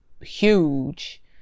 huge